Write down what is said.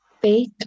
faith